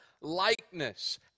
likeness